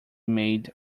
made